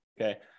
okay